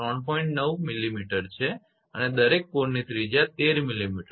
9 millimetre છે અને દરેક કોરની ત્રિજ્યા 13 millimetre છે